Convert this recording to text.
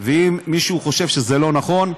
ואם מישהו חושב שזה לא נכון,